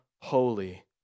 holy